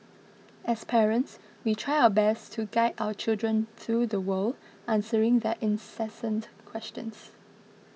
as parents we try our best to guide our children through the world answering their incessant questions